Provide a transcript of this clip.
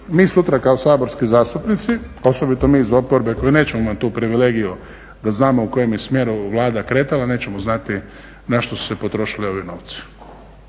mi sutra kao saborski zastupnici, osobito mi iz oporbe koji nećemo imat tu privilegiju da znamo u kojem je smjeru Vlada kretala, nećemo znati na što su se potrošili ovi novci